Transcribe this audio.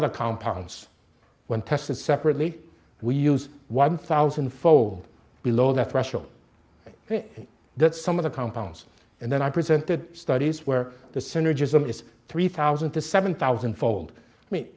other compounds when tested separately we use one thousand fold below the threshold that some of the compounds and then i've presented studies where the synergism is three thousand to seven thousand fold me